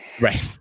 right